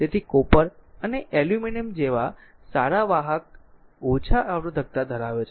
તેથી કોપર અને એલ્યુમિનિયમ જેવા સારા વાહક ઓછા અવરોધકતા ધરાવે છે